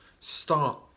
start